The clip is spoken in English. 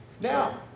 Now